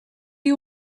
you